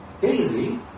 daily